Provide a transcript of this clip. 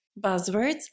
Buzzwords